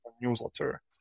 newsletter